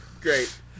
Great